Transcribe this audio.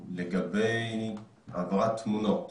כלומר, שום אגירה באמצע, בתחנות השונות,